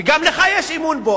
וגם לך יש אמון בו,